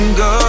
go